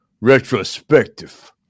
retrospective